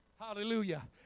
Hallelujah